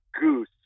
goose